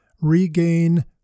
regain